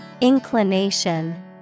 Inclination